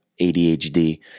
ADHD